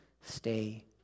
stay